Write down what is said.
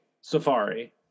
Safari